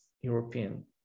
European